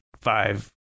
five